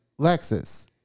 lexus